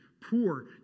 poor